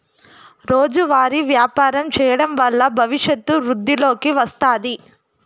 రోజువారీ వ్యాపారం చేయడం వల్ల భవిష్యత్తు వృద్ధిలోకి వస్తాది